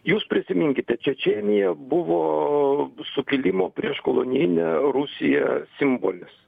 jūs prisiminkite čečėnija buvo sukilimo prieš kolonijinę rusiją simbolis